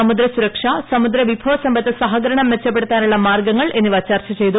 സമുദ്ര സുരക്ഷ സമുദ്രവിഭവസ്തുമ്പത്ത് സഹകരണം മെച്ചപ്പെടുത്താനുള്ള മാർഗ്ഗങ്ങൾ എസ്സിവ ചർച്ച ചെയ്തു